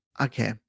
okay